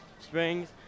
Springs